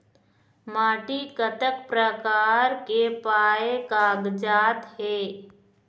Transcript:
माटी कतक प्रकार के पाये कागजात हे?